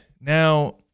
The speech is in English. Now